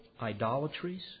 idolatries